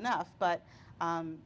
enough but